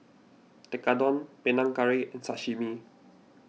Tekkadon Panang Curry and Sashimi